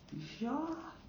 you sure